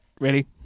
Ready